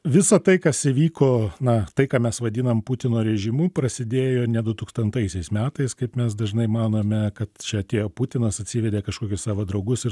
visa tai kas įvyko na tai ką mes vadinam putino režimu prasidėjo ne du tūkstantaisiais metais kaip mes dažnai manome kad čia atėjo putinas atsivedė kažkokį savo draugus ir